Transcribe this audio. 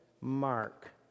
mark